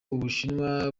ubushinwa